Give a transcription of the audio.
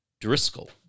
Driscoll